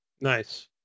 Nice